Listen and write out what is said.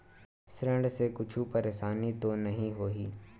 ऋण से कुछु परेशानी तो नहीं होही?